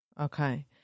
Okay